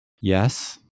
Yes